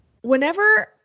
Whenever